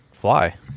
fly